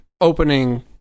opening